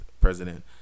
president